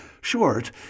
short